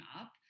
up